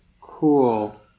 cool